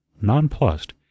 nonplussed